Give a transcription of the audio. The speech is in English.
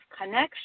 connection